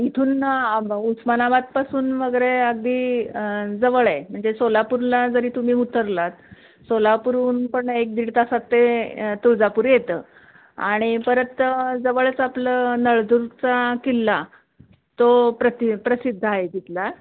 इथून उस्मानाबादपासून वगैरे अगदी जवळ आहे म्हणजे सोलापूरला जरी तुम्ही उतरलात सोलापूरहून पण एक दीड तासात ते तुळजापूर येतं आणि परत जवळच आपलं नळदुर्गचा किल्ला तो प्रति प्रसिद्ध आहे तिथला